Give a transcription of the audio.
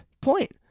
point